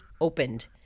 opened